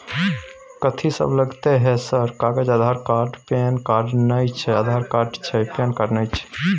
कथि सब लगतै है सर कागज आधार कार्ड पैन कार्ड नए छै आधार कार्ड छै पैन कार्ड ना छै?